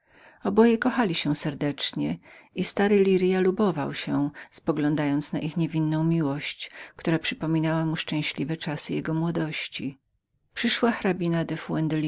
oboje więc kochali się serdecznie i stary lirias lubował się poglądając na ich niewinną miłość która przypominała mu szczęśliwe czasy jego młodości przyszła